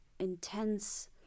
intense